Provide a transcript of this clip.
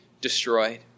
destroyed